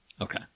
okay